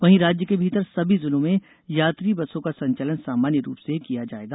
वहीं राज्य के भीतर सभी जिलों में यात्री बसों का संचालन सामान्य रूप से किया जायेगा